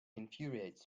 infuriates